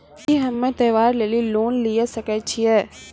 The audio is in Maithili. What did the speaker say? की हम्मय त्योहार लेली लोन लिये सकय छियै?